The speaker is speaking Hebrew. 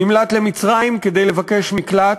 נמלט למצרים כדי לבקש מקלט.